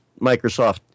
Microsoft